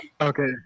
Okay